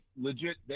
legit